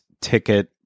ticket